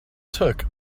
took